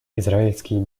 израильские